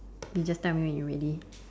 you just tell me when you're ready